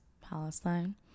Palestine